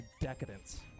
decadence